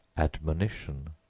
admonition,